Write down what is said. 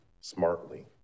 smartly